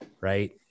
Right